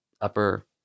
upper